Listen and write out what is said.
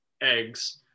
eggs